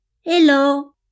Hello